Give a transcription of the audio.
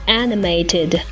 animated